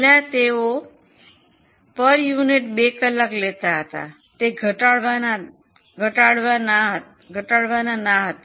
પહેલાં તેઓ એકમ દીઠ 2 કલાક લેતા હતા તે ઘટાડવા ના હતા